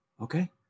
Okay